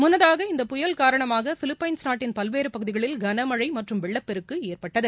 முன்னதாக இந்த புயல் காரணமாக பிலிப்பைன்ஸ் நாட்டின் பல்வேறு பகுதிகளில் கனமழை மற்றும் வெள்ளப் பெருக்கு ஏற்பட்டது